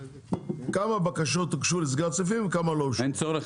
כמה בקשות הוגשו לסגירת סניפים וכמה לא אושרו.